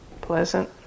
pleasant